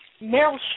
Meryl